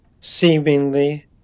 seemingly